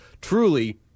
truly